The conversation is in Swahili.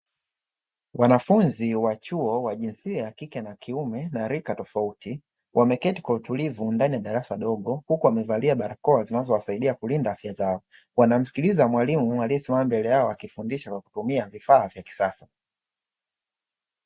Wanafunzi wa chuo wa jinsia ya kike na kiume na rika tofauti, vwameketi kwa utulivu ndani ya darasa dogo, huku wamevalia barakoa zinazowasaidia kulinda afya zao, wanamsikiliza mwalimu aliyesimama mbele yao, akifundisha kwa kutumia vifaa vya kisasa.